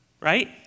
Right